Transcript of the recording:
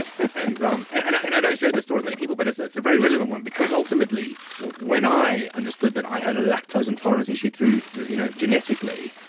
ah and um and and i don't share this story with many people, but it's it's a very relevant one because ultimately, when i understood that i had a lactose-intolerance issue through, you know genetically,